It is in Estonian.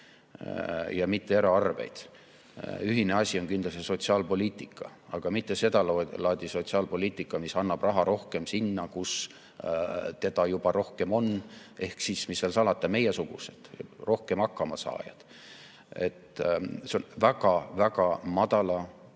toetada eraarveid. Ühine asi on kindlasti sotsiaalpoliitika, aga mitte sedalaadi sotsiaalpoliitika, mis annab raha rohkem sinna, kus teda juba rohkem on. Ehk siis, mis seal salata, meiesugustele, paremini hakkama saajatele. See on väga väikese